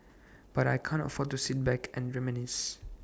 but I can't afford to sit back and reminisce